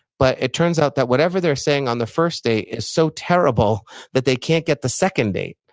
but it turns out that whatever they're saying on the first date is so terrible that they can't get the second date.